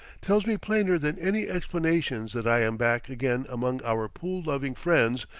tells me plainer than any explanations that i am back again among our pool-loving friends,